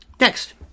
Next